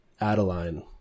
Adeline